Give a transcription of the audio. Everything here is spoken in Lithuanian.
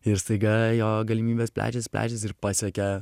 ir staiga jo galimybės plečias plečias ir pasiekia